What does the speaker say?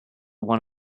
one